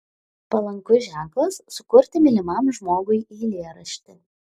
palankus ženklas sukurti mylimam žmogui eilėraštį